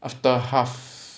after half